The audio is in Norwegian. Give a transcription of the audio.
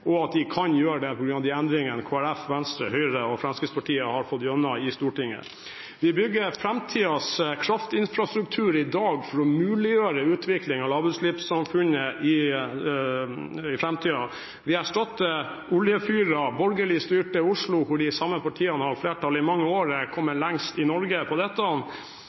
og at de kan gjøre det på grunn av de endringene Kristelig Folkeparti, Venstre, Høyre og Fremskrittspartiet har fått igjennom i Stortinget. Vi bygger framtidens kraftinfrastruktur i dag for å muliggjøre utviklingen av lavutslippssamfunnet i framtiden. Vi erstatter oljefyring. Borgerligstyrte Oslo, der de samme partiene har hatt flertall i mange år, er kommet lengst i Norge på dette